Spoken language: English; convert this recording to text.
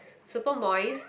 super moist